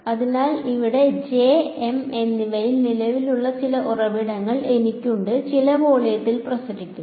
അതിനാൽ ഇവിടെ J M എന്നിവയിൽ നിലവിലുള്ള ചില ഉറവിടങ്ങൾ എനിക്കുണ്ട് ചില വോളിയത്തിൽ പ്രസരിക്കുന്നു